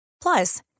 Plus